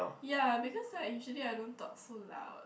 yeah because I usually I don't talk so loud